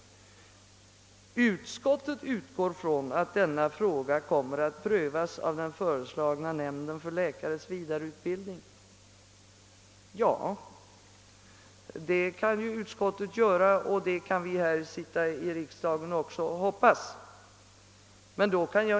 Utskottet utgår från att denna fråga kommer att prövas av den föreslagna nämnden för läkares vidareutbildning.» Ja, det kan utskottet och vi i riksdagen hoppas på.